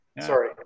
Sorry